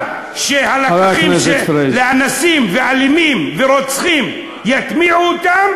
מותר לאנסים ואלימים ורוצחים, יטמיעו אותם?